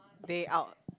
day out